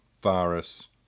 virus